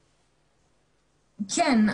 כן.